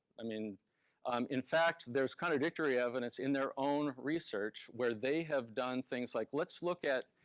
i mean in fact, there's contradictory evidence in their own research where they have done things like, let's look at